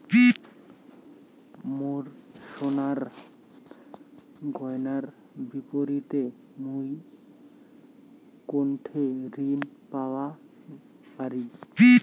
মোর সোনার গয়নার বিপরীতে মুই কোনঠে ঋণ পাওয়া পারি?